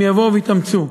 הם יבואו ויתאמצו.